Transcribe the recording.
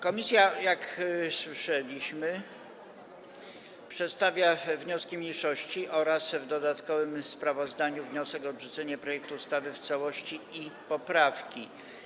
Komisja, jak słyszeliśmy, przedstawia wnioski mniejszości oraz w dodatkowym sprawozdaniu wniosek o odrzucenie projektu ustawy w całości i poprawki.